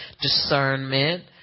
discernment